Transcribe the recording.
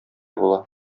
була